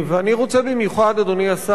אני רוצה במיוחד, אדוני השר,